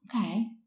Okay